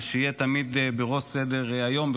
שיהיה תמיד בראש סדר-היום,